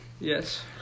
Yes